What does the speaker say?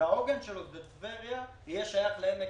שהעוגן שלו היא טבריה, יהיה שייך לעמק